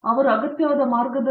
professor